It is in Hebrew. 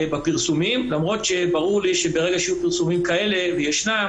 למרות שברור לי שברגע שיהיו פרסומים כאלה, וישנם